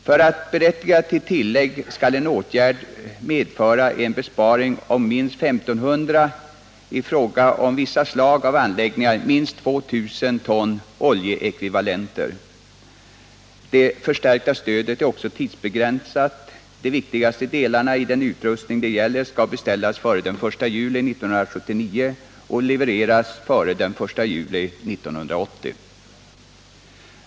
För att berättiga till tillägg skall en åtgärd medföra en besparing på minst 1 500 ton — i fråga om vissa slag av anläggningar minst 2 000 ton — oljeekvivalenter. Det förstärkta stödet är också tidsbegränsat. De viktigaste delarna av den utrustning det gäller skall beställas före den 1 juli 1979 och levereras före den 1 juli 1980.